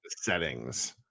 settings